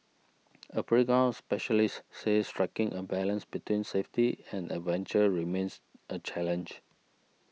a playground specialist said striking a balance between safety and adventure remains a challenge